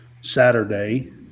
Saturday